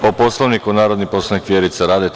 Po Poslovniku, narodni poslanik Vjerica Radeta.